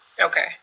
Okay